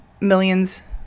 millions